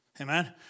Amen